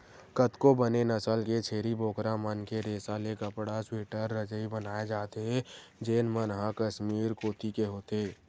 कतको बने नसल के छेरी बोकरा मन के रेसा ले कपड़ा, स्वेटर, रजई बनाए जाथे जेन मन ह कस्मीर कोती के होथे